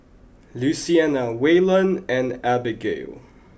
Luciana Waylon and Abigayle